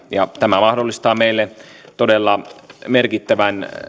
ja energiastrategia tämä mahdollistaa meille todella merkittävän